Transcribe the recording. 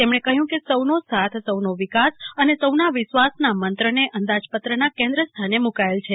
તેમણે કહ્યું કે સૌનો સાથ સૌનો વિકાસ અને સૌના વિશ્વાસના મંત્રને અંદાજપત્રના કેન્દ્ર સ્થાને મુકાયેલ છે